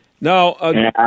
Now